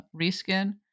reskin